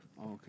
Okay